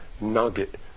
nugget